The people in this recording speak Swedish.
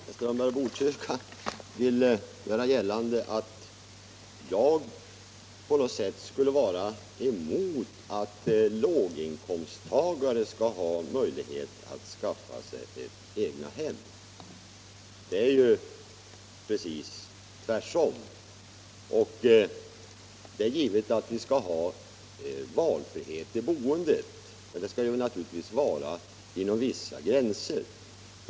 Herr talman! Herr Strömberg i Botkyrka vill göra gällande att jag skulle vara emot att låginkomsttagare skall ha möjlighet att skaffa sig ett egnahem. Det är ju precis tvärtom. Det är givet att vi skall ha valfrihet i boendet, men det skall naturligtvis vara inom vissa gränser.